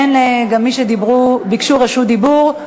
אין גם מי שביקשו רשות דיבור,